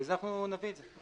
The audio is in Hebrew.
ואנחנו נביא את זה.